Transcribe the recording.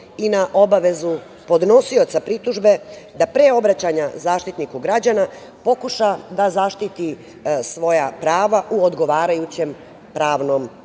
i na obavezu podnosioca pritužbe, da pre obraćanja Zaštitniku građana, pokuša da zaštiti svoja prava, u odgovarajućem pravnom